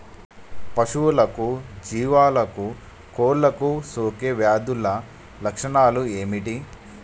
పశువులకు జీవాలకు కోళ్ళకు సోకే వ్యాధుల లక్షణాలు ఏమిటి?